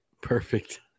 Perfect